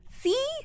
See